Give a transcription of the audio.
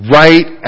right